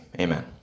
amen